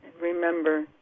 Remember